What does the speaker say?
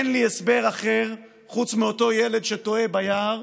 אין לי הסבר אחר, חוץ מאותו ילד שתועה ביער,